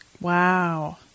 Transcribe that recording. Wow